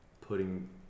putting